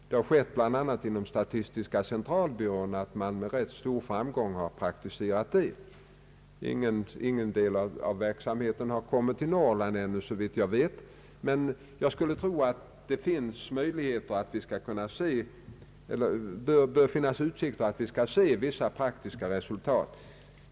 Det har skett bl.a. beträffande statistiska centralbyrån med ganska stor framgång. Någon del av denna verksamhet har inte ännu flyttats till Norrland såvitt jag vet. Men jag skulle tro att det bör finnas utsikter att få se vissa praktiska resultat.